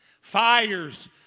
Fires